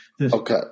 Okay